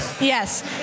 Yes